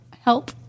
help